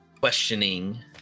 questioning